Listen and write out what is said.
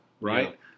right